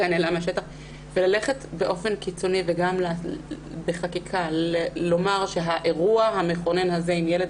ללכת באופן קיצוני ובחקיקה לומר שהאירוע המכונן הזה עם ילד